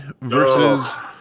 versus